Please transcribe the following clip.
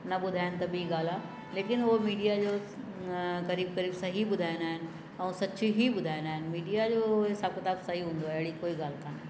न ॿुधाइनि त बि ॻाल्हि आहे लेकिन उहो मीडिया जो क़रीब क़रीब सही ॿुधाईंदा आहिनि ऐं सच ई ॿुधाईंदा आहिनि मीडिया जो हिसाब किताबु सही हूंदो आहे अहिड़ी कोई ॻाल्हि कोन्हे